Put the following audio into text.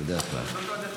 בדרך כלל.